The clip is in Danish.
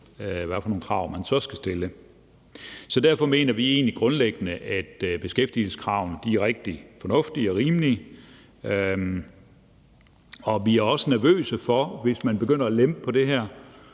hvad for krav vi så skal stille. Derfor mener vi egentlig grundlæggende, at beskæftigelseskravene er rigtig fornuftige og rimelige. Hvis man begynder at lempe på det her,